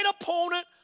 opponent